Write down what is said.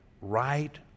right